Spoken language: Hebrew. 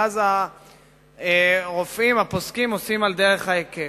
ואז הרופאים הפוסקים עושים על דרך ההיקש.